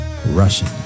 russian